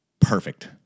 perfect